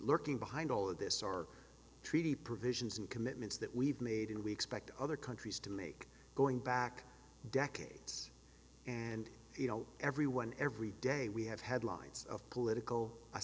lurking behind all of this our treaty provisions and commitments that we've made and we expect other countries to make going back decades and you know everyone every day we have headlines of political